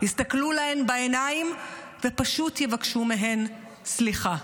יסתכלו להן בעיניים ופשוט יבקשו מהן סליחה.